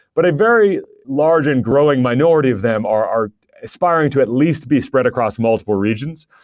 but a very large and growing minority of them are are aspiring to at least be spread across multiple regions.